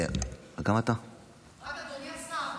אדוני השר,